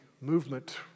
movement